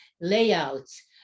layouts